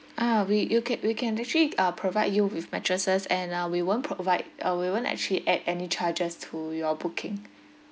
ah we you can we can actually uh provide you with mattresses and uh we won't provide uh we won't actually add any charges to your booking